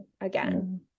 again